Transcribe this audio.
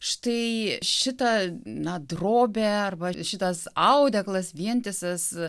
štai šita na drobė arba šitas audeklas vientisas